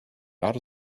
not